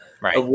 right